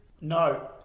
No